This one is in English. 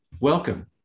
Welcome